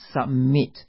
submit